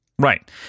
Right